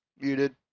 Muted